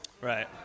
Right